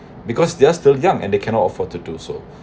because they're still young and they cannot afford to do so